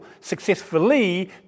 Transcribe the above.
successfully